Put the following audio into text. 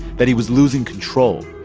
that he was losing control,